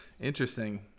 Interesting